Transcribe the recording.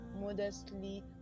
modestly